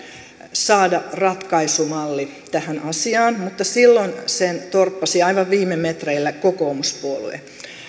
saada ratkaisumalli tähän asiaan mutta silloin sen torppasi aivan viime metreillä kokoomuspuolue